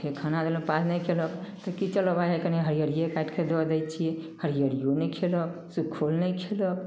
फेर खाना देलहुँ पाउज नहि कयलक तऽ की चलऽ भाय कनी हरियरिये काटि कऽ दऽ दै छियै हरियरियो नहि खयलक सुखो नहि खेलक